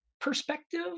perspective